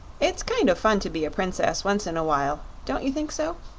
it's kind of fun to be a princess once in a while don't you think so?